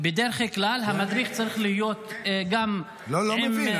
בדרך כלל המדריך צריך להיות גם -- לא, לא מבין.